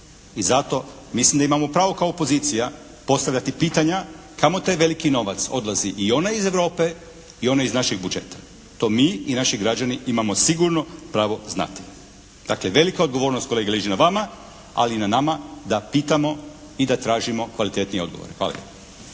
i zato mislim da imamo pravo kao opozicija postavljati pitanja kamo taj veliki novac odlazi i onaj iz Europe i onaj iz naših budžeta. To mi i naši građani imamo sigurno pravo znati. Dakle, velika odgovornost kolege leži na vama ali i na nama da pitamo i da tražimo kvalitetnije odgovore. Hvala